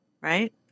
right